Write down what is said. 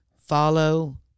follow